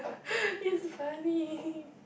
it's funny